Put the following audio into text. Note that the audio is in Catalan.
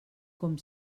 com